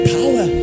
power